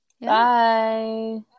Bye